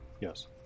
Yes